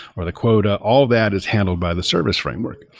or the quota. all that is handled by the service framework.